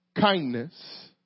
kindness